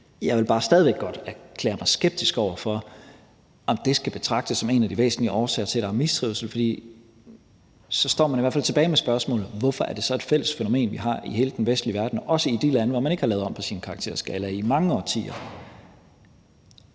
Jeg vil bare stadig væk godt erklære mig skeptisk over for, at det skal betragtes som en af de væsentligste årsager til, at der er mistrivsel. For så står man i hvert fald tilbage med spørgsmålet: Hvorfor er det så et fælles fænomen, vi har i hele den vestlige verden, også i de lande, hvor man ikke har lavet om på sin karakterskala i mange årtier?